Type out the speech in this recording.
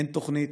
אין תוכנית.